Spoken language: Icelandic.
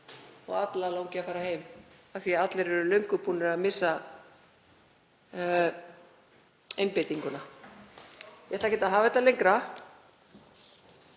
og alla langi að fara heim af því að allir eru löngu búnir að missa einbeitinguna? Ég ætla ekki að hafa þetta lengra